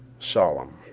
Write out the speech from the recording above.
solemn.